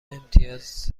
امتیاز